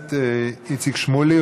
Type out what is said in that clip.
הכנסת איציק שמולי,